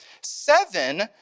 Seven